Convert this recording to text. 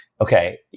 okay